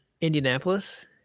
Indianapolis